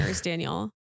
Daniel